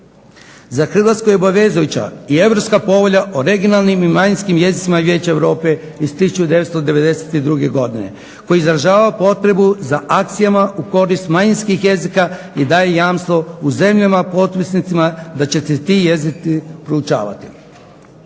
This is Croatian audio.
Za Hrvatsku je obavezujuća i Europska povelja o regionalnim i manjinskim jezicima Vijeća Europe iz 1992. godine koji izražava potrebu za akcijama u korist manjinskih jezika i daje jamstvo u zemljama potpisnicama da će se ti jezici proučavati.